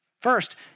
First